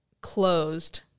closed